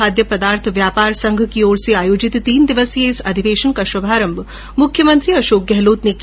खाद्य पदार्थ व्यापार संघ की ओर से आयोजित तीन दिवसीय इस अधिवेशन का शुभारम्भ मुख्यमंत्री अशोक गहलोत ने किया